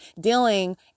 dealing